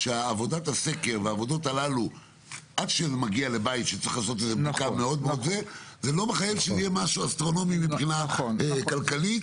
שעבודת הסקר לא מחייבת משהו אסטרונומי מבחינה כלכלית,